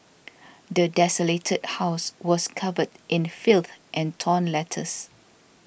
the desolated house was covered in filth and torn letters